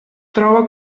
troba